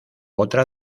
otra